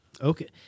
Okay